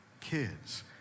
kids